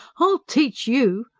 i'll teach you!